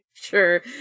Sure